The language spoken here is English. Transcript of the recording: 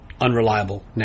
unreliable